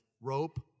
rope